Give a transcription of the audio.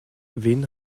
wen